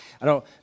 Alors